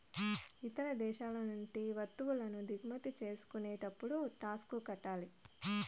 ఇతర దేశాల నుండి వత్తువులను దిగుమతి చేసుకునేటప్పుడు టాక్స్ కట్టాలి